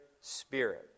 spirit